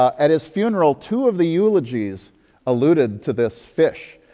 at his funeral, two of the eulogies alluded to this fish,